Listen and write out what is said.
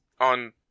on